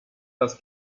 das